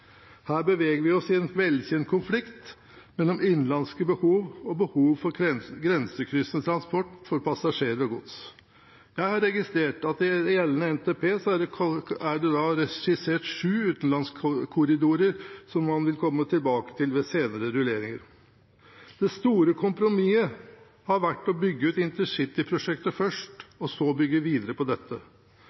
Her beveger vi oss i en velkjent konflikt mellom innenlandske behov og behov for grensekryssende transport for passasjerer og gods. Jeg har registrert at i gjeldende NTP er det skissert sju utenlandskorridorer som man vil komme tilbake til ved senere rulleringer. Det store kompromisset har vært å bygge ut InterCity-prosjektet først og så bygge videre på dette.